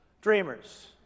Dreamers